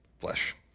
flesh